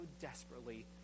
desperately